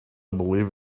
believe